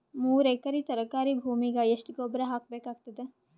ಮೂರು ಎಕರಿ ತರಕಾರಿ ಭೂಮಿಗ ಎಷ್ಟ ಗೊಬ್ಬರ ಹಾಕ್ ಬೇಕಾಗತದ?